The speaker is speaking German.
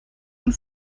und